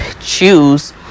choose